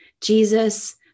Jesus